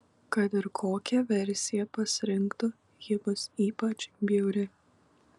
kad ir kokią versiją pasirinktų ji bus ypač bjauri